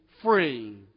free